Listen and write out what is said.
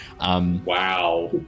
Wow